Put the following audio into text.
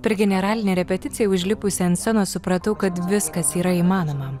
per generalinę repeticiją užlipusi ant scenos supratau kad viskas yra įmanoma